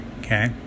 Okay